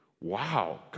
Wow